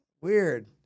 weird